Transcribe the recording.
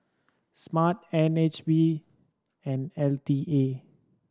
SMRT N H B and L T A